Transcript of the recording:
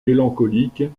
mélancolique